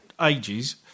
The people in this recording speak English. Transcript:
ages